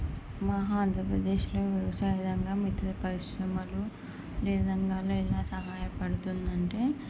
మా ఆంధ్రప్రదేశ్లో వ్యవసాయరంగం ఇతర పరిశ్రమలు ఏ విధంగా ఎలా సహాయపడుతుంది అంటే